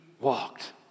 walked